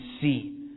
see